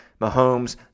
Mahomes